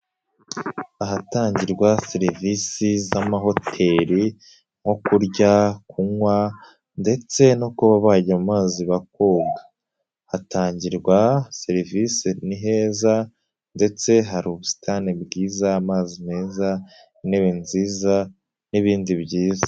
Ahatangirwa serivisi z'amahoteli nko kurya kunywa ndetse no kuba bajya mu mazi bakoga, hatangirwa serivisi ni heza ndetse hari ubusitani bwiza, amazi meza, intebe nziza n'ibindi byiza.